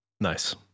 Nice